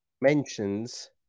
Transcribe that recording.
mentions